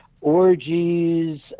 orgies—